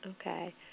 Okay